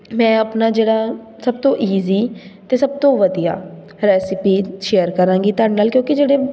ਮੈਂ ਆਪਣਾ ਜਿਹੜਾ ਸਭ ਤੋਂ ਈਜ਼ੀ ਅਤੇ ਸਭ ਤੋਂ ਵਧੀਆ ਰੈਸਿਪੀ ਸ਼ੇਅਰ ਕਰਾਂਗੀ ਤੁਹਾਡੇ ਨਾਲ ਕਿਉਂਕਿ ਜਿਹੜੇ